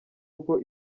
uko